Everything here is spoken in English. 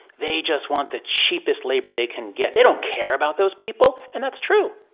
they just want the cheapest labor they can get. they don't care about those people. and that's true.